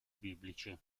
biblici